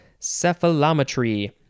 cephalometry